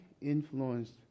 influenced